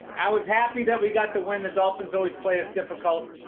i was happy that we got the wind. the dolphins always play as difficult,